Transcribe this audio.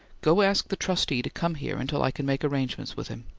go ask the trustee to come here until i can make arrangements with him.